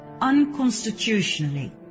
unconstitutionally